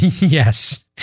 Yes